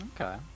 Okay